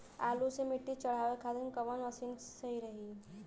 आलू मे मिट्टी चढ़ावे खातिन कवन मशीन सही रही?